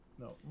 No